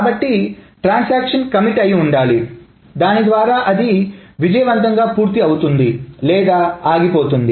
కాబట్టి transaction commit అయి ఉండాలి దాని ద్వారా అది విజయవంతంగా పూర్తి అవుతుంది లేదా ఆగిపోతుంది